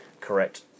correct